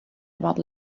about